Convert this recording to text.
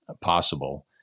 possible